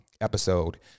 episode